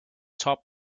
top